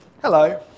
Hello